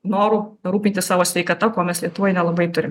noru rūpintis savo sveikata ko mes lietuvoj nelabai turim